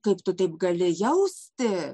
kaip tu taip gali jausti